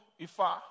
Ifa